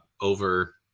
over